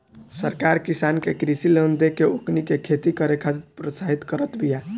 सरकार किसान के कृषि लोन देके ओकनी के खेती करे खातिर प्रोत्साहित करत बिया